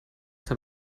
aber